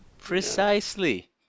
Precisely